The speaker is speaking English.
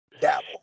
dabble